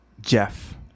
Jeff